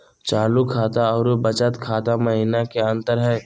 चालू खाता अरू बचत खाता महिना की अंतर हई?